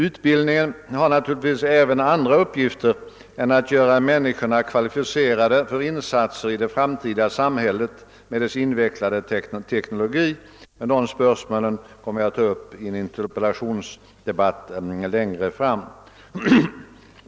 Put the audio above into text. Utbildningen har naturligtvis även andra uppgifter än att göra människorna kvalificerade för insatser i det framtida samhället med dess invecklade teknologi, men dessa spörsmål kommer jag att ta upp längre fram i en interpellationsdebatt.